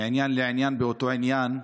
מעניין לעניין באותו עניין.